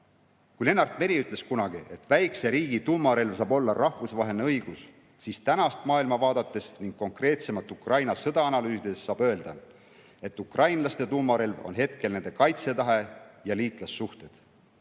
Kui Lennart Meri ütles kunagi, et väikese riigi tuumarelv saab olla rahvusvaheline õigus, siis tänast maailma vaadates ning konkreetsemalt Ukrainas sõda analüüsides saab öelda, et ukrainlaste tuumarelv on hetkel nende kaitsetahe ja liitlassuhted.